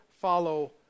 follow